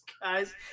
guys